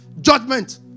judgment